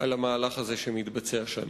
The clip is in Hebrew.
על המהלך הזה שמתבצע שם.